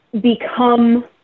become